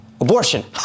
Abortion